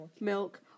milk